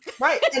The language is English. right